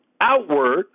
outward